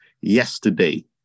yesterday